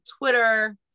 Twitter